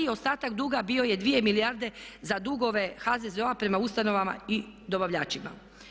Ostatak duga bio je 2 milijarde za dugove HZZO-a prema ustanovama i dobavljačima.